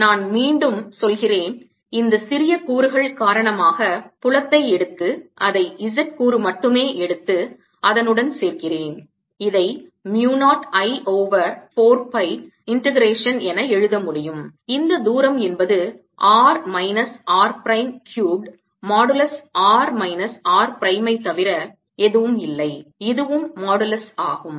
எனவே நான் மீண்டும் சொல்கிறேன் இந்த சிறிய கூறுகள் காரணமாக புலத்தை எடுத்து அதை z கூறு மட்டுமே எடுத்து அதனுடன் சேர்க்கிறேன் இதை mu 0 I over 4 pi integration என எழுத முடியும் இந்த தூரம் என்பது r minus r prime cubed modulus r minus r prime ஐ தவிர எதுவும் இல்லை இதுவும் மோடுலஸ் ஆகும்